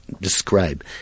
describe